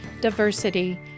diversity